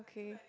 okay